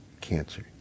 cancer